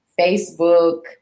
Facebook